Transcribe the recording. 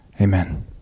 Amen